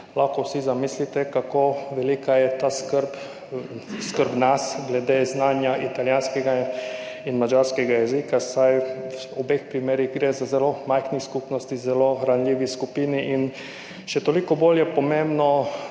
lahko vsi zamislite, kako velika je ta skrb nas glede znanja italijanskega in madžarskega jezika, saj gre v obeh primerih za zelo majhni skupnosti, za zelo ranljivi skupini in je še toliko bolj pomembno,